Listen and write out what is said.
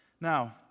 Now